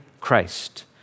Christ